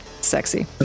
Sexy